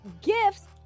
gifts